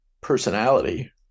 personality